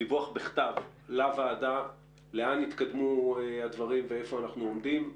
דיווח בכתב לוועדה לאן התקדמו הדברים ואיפה אנחנו עומדים.